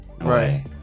right